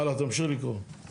הלאה, תמשיך לקרוא.